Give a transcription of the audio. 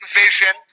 vision